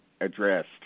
addressed